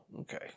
Okay